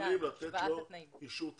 הם לא יכולים לתת לו אישור תקציבי.